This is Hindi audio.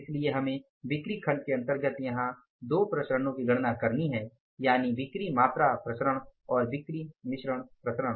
इसलिए हमें बिक्री खंड के अंतर्गत यहां दो विचरणों की गणना करनी है यानी बिक्री मात्रा विचरण और बिक्री मिश्रण विचरण